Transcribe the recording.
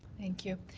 thank you.